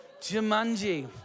Jumanji